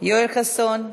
יואל חסון.